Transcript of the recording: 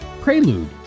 prelude